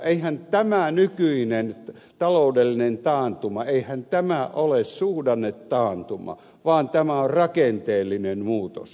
eihän tämä nykyinen taloudellinen taantuma ole suhdannetaantuma vaan tämä on rakenteellinen muutos